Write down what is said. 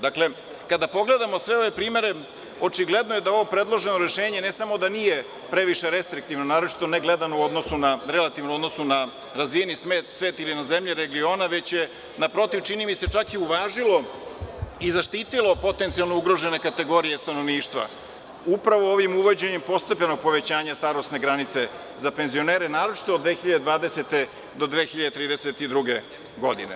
Dakle, kada pogledamo sve ove primere, očigledno je da ovo predloženo rešenje ne samo da nije previše restriktivno, naročito ne gledano u odnosu na razvijeni svet ili na zemlje regiona, već je naprotiv, čak i uvažilo i zaštitilo potencijalno ugrožene kategorije stanovništva, upravo ovim uvođenjem postepenog povećanja starosne granice za penzionere, naročito od 2020. do 2032. godine.